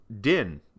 Din